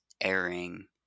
airing